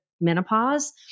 menopause